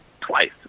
twice